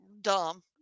dumb